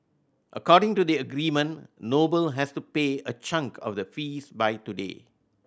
according to the agreement Noble has to pay a chunk of the fees by today